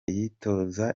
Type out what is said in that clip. yitoza